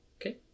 Okay